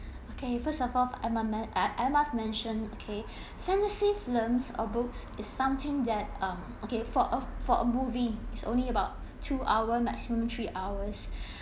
okay first of I mu~ men~ I I must mention okay fantasy films of books is something that um okay for a for a movie is only about two hour maximum three hours